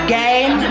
game